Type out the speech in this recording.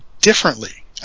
differently